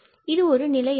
இதுவே ஒரு நிலையாகும்